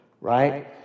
right